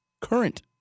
current